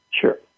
Sure